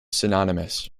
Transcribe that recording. synonymous